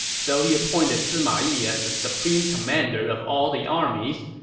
so he appointed sima yi as the supreme commander of all the armies.